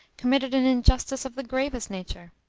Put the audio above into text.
committed an injustice of the gravest nature.